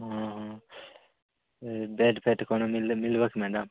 ହଁ ହଁ ଇଏ ବେଡ୍ ଫେଡ୍ କ'ଣ ମିଲିଲେ ମିଲିବ କି ମ୍ୟାଡାମ୍